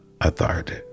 authority